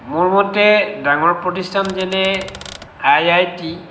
মোৰ মতে ডাঙৰ প্ৰতিষ্ঠান যেনে আই আই টি